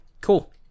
cool